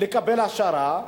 לקבל העשרה,